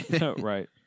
Right